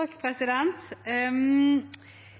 nesten framstå som om representanten Frølich lider av erindringsforskyvning. Det virker som om dette ikke har